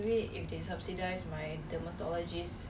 it's not real eh I will die eh my father